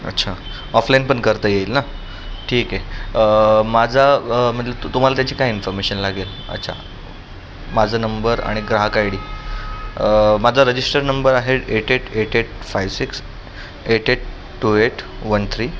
अच्छा ऑफलाईन पण करता येईल ना ठीक आहे माझा म्हणजे तू तुम्हाला त्याची काय इन्फॉर्मेशन लागेल अच्छा माझं नंबर आणि ग्राहक आय डी माझा रजिस्टर्ड नंबर आहे eight eight eight eight five six eight eight two eight one three